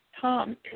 Tom